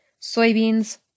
soybeans